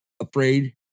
afraid